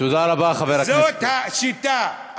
זאת השיטה,